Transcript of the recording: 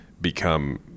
become